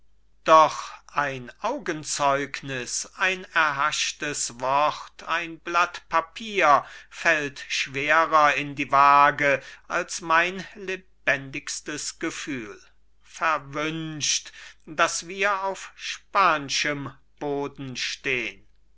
doch ein augenzeugnis ein erhaschtes wort ein blatt papier fällt schwerer in die waage als mein lebendigstes gefühl verwünscht daß wir auf span'schem boden stehn